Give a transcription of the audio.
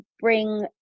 bring